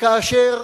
וכאשר